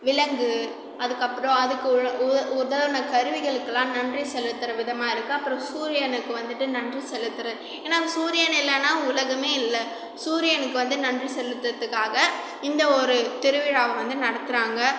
விலங்கு அதற்கப்பறம் அதுக்கு உ உ உதவின கருவிகளுக்குலாம் நன்றி செலுத்துகிற விதமாக இருக்கு அப்புறம் சூரியனுக்கு வந்துவிட்டு நன்றி செலுத்துறது ஏன்னா வந்து சூரியன் இல்லைனா உலகமே இல்லை சூரியனுக்கு வந்து நன்றி செலுத்துறதுக்காக இந்த ஒரு திருவிழாவை வந்து நடத்துறாங்க